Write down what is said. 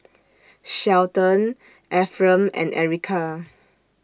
Shelton Efrem and Erika